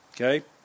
okay